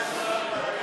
קצת.